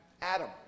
Adam